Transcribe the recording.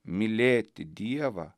mylėti dievą